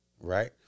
Right